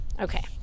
okay